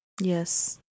Yes